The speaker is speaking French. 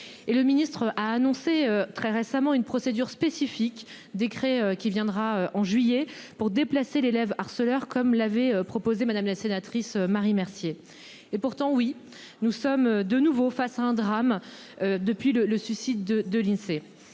Et le ministre a annoncé très récemment une procédure spécifique, décret qui viendra en juillet pour déplacer l'élève harceleur, comme l'avait proposé, madame la sénatrice Marie Mercier et pourtant oui, nous sommes de nouveau face à un drame depuis le le suicide de de